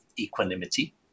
equanimity